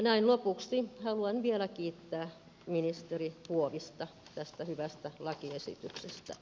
näin lopuksi haluan vielä kiittää ministeri huovista tästä hyvästä lakiesityksestä